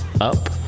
up